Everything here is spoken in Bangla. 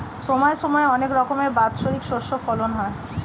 সময় সময় অনেক রকমের বাৎসরিক শস্য ফলন হয়